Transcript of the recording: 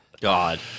God